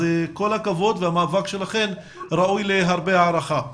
כל הכבוד והמאבק שלכם ראוי להרבה הערכה.